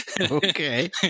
Okay